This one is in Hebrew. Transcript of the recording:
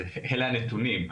אלה הנתונים.